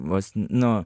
vos nu